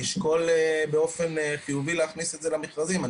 ישקול באופן חיובי להכניס את זה למכרזים.